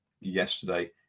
yesterday